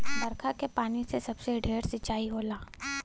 बरखा के पानी से सबसे ढेर सिंचाई होला